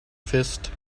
fist